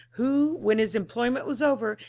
who, when his employment was over,